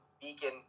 Beacon